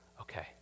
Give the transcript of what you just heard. okay